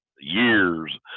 years